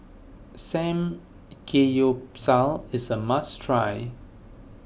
Samgeyopsal is a must try